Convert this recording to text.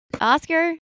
Oscar